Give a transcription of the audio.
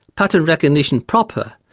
pattern recognition proper,